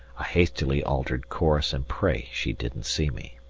i hastily altered course, and pray she didn't see me.